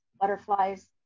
butterflies